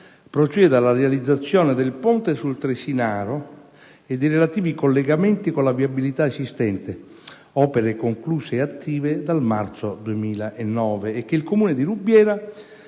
proceda alla realizzazione del ponte sul Tresinaro e dei relativi collegamenti con la viabilità esistente (opere concluse e attive dal marzo del 2009) e che il Comune di Rubiera